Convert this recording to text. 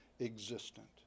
existent